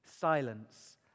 silence